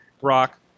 Brock